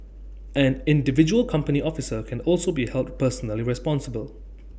an individual company officer can also be held personally responsible